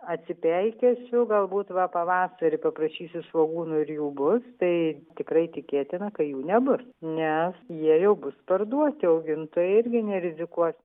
atsipeikėsiu galbūt va pavasarį paprašysiu svogūnų ir jų bus tai tikrai tikėtina ka jų nebus nes jie jau bus parduoti augintojai irgi nerizikuos